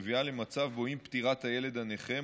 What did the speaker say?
מביאה למצב שבו עם פטירת הילד הנכה,